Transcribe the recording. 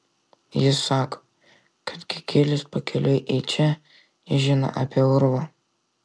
jis sako kad kikilis pakeliui į čia jis žino apie urvą